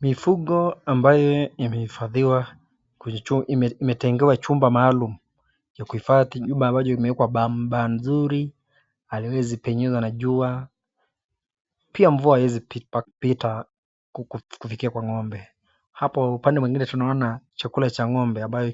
Mifugo ambaye imehifadhiwa kwenye, ime imetengewa chumba maalum, ya kuhifathi nyumba ambayo imewekwa bamba mzuri , haiweziopenyeza na jua, pia mvua haiwezi pita kufikia kwa ngombe. Hapo upande mwingine tunaona chakula cha ngombe ambayo